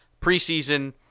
preseason